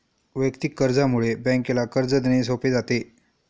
वैयक्तिक कर्जामुळे बँकेला कर्ज देणे सोपे जाते